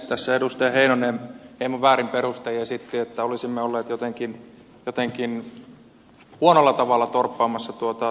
tässä edustaja heinonen hieman väärin perustein esitti että olisimme olleet jotenkin huonolla tavalla torppaamassa tuota tuntijakouudistusta